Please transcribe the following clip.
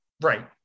right